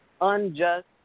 unjust